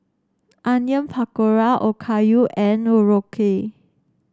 Onion Pakora Okayu and Korokke